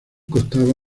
constaba